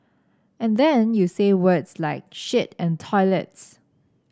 and then you say words like shit and toilets